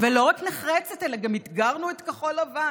ולא רק נחרצת אלא גם אתגרנו את כחול לבן